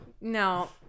no